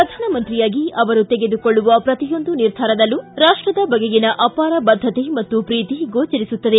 ಪ್ರಧಾನಮಂತ್ರಿಯಾಗಿ ಅವರು ತೆಗೆದುಕೊಳ್ಳುವ ಪ್ರತಿಯೊಂದು ನಿರ್ಧಾರದಲ್ಲೂ ರಾಷ್ಟದ ಬಗೆಗಿನ ಅಪಾರ ಬದ್ದತೆ ಮತ್ತು ಪ್ರೀತಿ ಗೋಚರಿಸುತ್ತದೆ